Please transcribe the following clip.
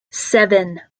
seven